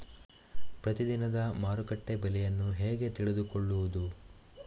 ಪ್ರತಿದಿನದ ಮಾರುಕಟ್ಟೆ ಬೆಲೆಯನ್ನು ಹೇಗೆ ತಿಳಿದುಕೊಳ್ಳುವುದು?